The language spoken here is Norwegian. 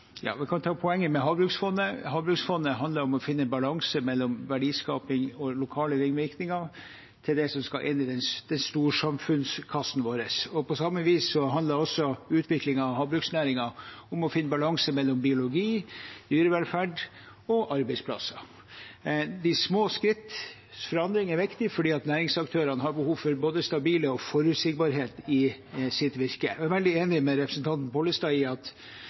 som skal ende i storsamfunnskassen vår. På samme vis handler også utviklingen av havbruksnæringen om å finne balanse mellom biologi, dyrevelferd og arbeidsplasser. De små skritts forandringer er viktig fordi næringsaktørene har behov for både stabilitet og forutsigbarhet i sitt virke. Jeg er veldig enig med representanten Pollestad i at